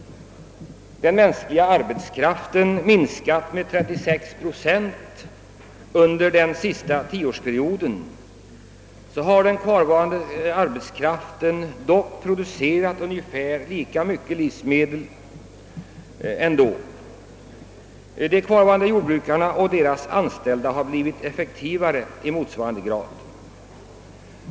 Den mänskliga arbetskraften inom jordbruket har under de senaste tio åren minskat med 36 procent, men de kvarvarande har ändå producerat ungefär lika mycket som förut. De kvarvarande jordbrukarna och deras anställda har blivit effektivare i motsvarande grad.